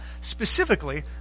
specifically